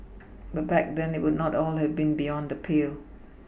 but back then it would not at all have been beyond the pale